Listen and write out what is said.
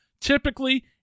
typically